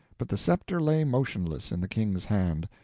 but the scepter lay motionless in the king's hand.